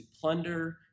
plunder